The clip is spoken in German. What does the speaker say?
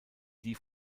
die